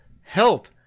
Help